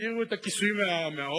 תסירו את הכיסויים מהאוטו,